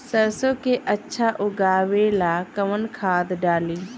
सरसो के अच्छा उगावेला कवन खाद्य डाली?